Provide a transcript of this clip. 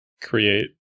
create